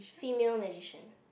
female magician